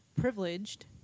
privileged